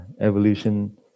evolution